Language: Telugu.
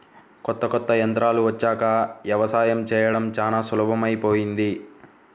కొత్త కొత్త యంత్రాలు వచ్చాక యవసాయం చేయడం చానా సులభమైపొయ్యింది